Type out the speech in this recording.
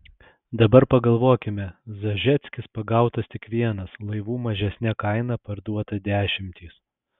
dabar pagalvokime zažeckis pagautas tik vienas laivų mažesne kaina parduota dešimtys